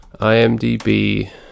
imdb